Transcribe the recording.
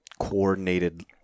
coordinated